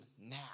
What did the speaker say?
now